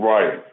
Right